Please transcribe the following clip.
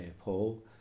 Paul